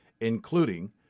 including